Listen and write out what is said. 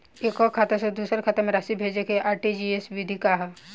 एकह खाता से दूसर खाता में राशि भेजेके आर.टी.जी.एस विधि का ह?